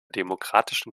demokratischen